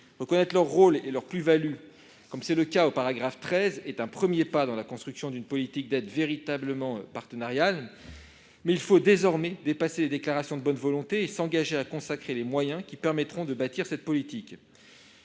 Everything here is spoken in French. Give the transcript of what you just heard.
Reconnaître leur rôle et leur plus-value, comme c'est le cas à l'alinéa 13 de cet article, est un premier pas dans la construction d'une politique d'aide véritablement partenariale, mais il faut désormais dépasser les déclarations de bonne volonté et s'engager à consacrer les moyens qui permettront de bâtir cette politique.